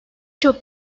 çok